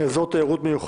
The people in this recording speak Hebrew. (הוראת שעה) (תיקון מס' 3) (אזור תיירות מיוחד,